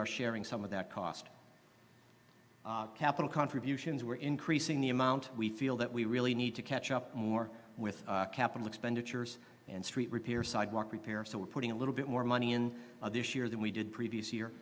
are sharing some of that cost capital contributions were increasing the amount we feel that we really need to catch up more with capital expenditures and street repair sidewalk repairs so we're putting a little bit more money in this year than we did previous year